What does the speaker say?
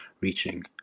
reaching